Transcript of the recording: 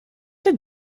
did